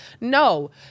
No